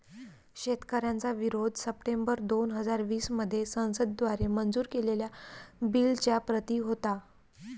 शेतकऱ्यांचा विरोध सप्टेंबर दोन हजार वीस मध्ये संसद द्वारे मंजूर केलेल्या बिलच्या प्रति होता